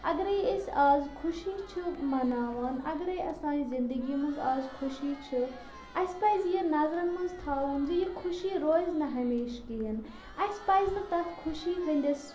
اَگرَے أسۍ آز خوشی چھِ مَناوان اَگرَے سانہِ زِندگی منٛز آز خوشی چھِ اَسہِ پَزِ یہِ نظرَن منٛز تھاوُن زِ یہِ خوشی روزِ نہٕ ہمیشہٕ کِہیٖنۍ اَسہِ پَزِ نہٕ تَتھ خوشی ہٕنٛدِس